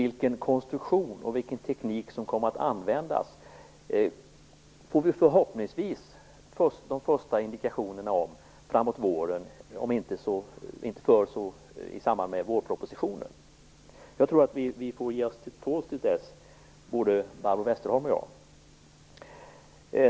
Vilken konstruktion och teknik som kommer att användas får vi förhoppningsvis de första indikationerna om framåt våren - om inte förr så i samband med vårpropositionen. Jag tror att både Barbro Westerholm och jag får ge oss till tåls till dess.